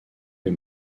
les